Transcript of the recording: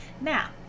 Now